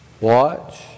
Watch